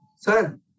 sir